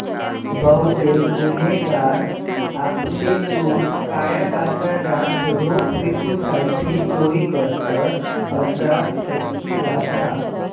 बहुतेक गुन्हेगार आपली लूट काळ्या बाजारात रोख विकूसाठी चोरी करतत, असा ऐकिवात हा